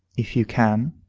if you can.